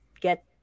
get